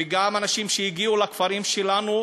ואנשים שהגיעו לכפרים שלנו,